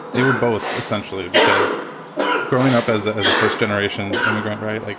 they were both essentially because growing up as as a first generation immigrant, right. like